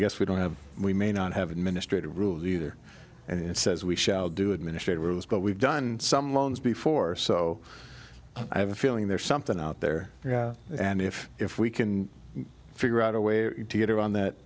guess we don't have we may not have administrative rules either and it says we shall do administrative rules but we've done some loans before so i have a feeling there's something out there yeah and if if we can figure out a way to get around that